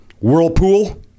Whirlpool